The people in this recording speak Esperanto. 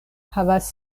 havas